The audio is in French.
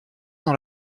dans